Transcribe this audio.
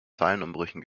zeilenumbrüchen